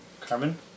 Carmen